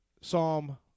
Psalm